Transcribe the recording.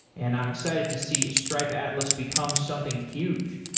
and i'm excited to see stripe atlas become something huge.